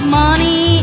money